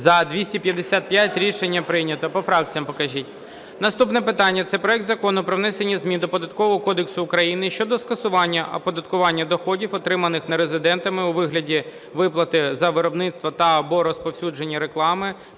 За-255 Рішення прийнято. По фракціям покажіть. Наступне питання – це проект Закону про внесення змін до Податкового кодексу України щодо скасування оподаткування доходів, отриманих нерезидентами у вигляді виплати за виробництво та/або розповсюдження реклами